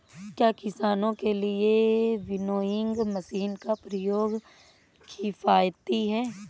क्या किसानों के लिए विनोइंग मशीन का प्रयोग किफायती है?